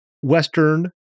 Western